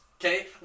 okay